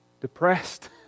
depressed